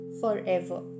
forever